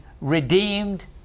redeemed